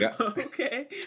okay